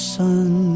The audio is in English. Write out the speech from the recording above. sun